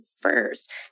first